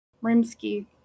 Rimsky